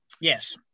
Yes